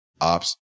ops